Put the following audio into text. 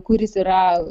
kuris yra